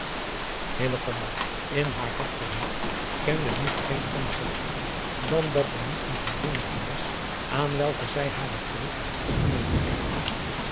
in haar hart verheugd kende nu geen ander verdriet dan dat er niet een vriendinnetje was aan welke zij hare vreugd kon mededeelen